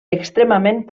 extremament